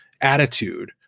attitude